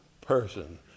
person